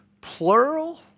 plural